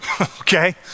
okay